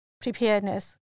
preparedness